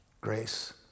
Grace